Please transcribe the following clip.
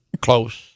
close